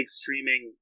streaming